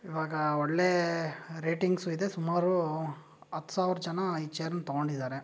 ಇವಾಗ ಒಳ್ಳೆಯ ರೇಟಿಂಗ್ಸು ಇದೆ ಸುಮಾರು ಹತ್ತು ಸಾವಿರ ಜನ ಈ ಚೇರನ್ನು ತಗೊಂಡಿದ್ದಾರೆ